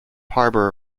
harbour